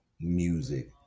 music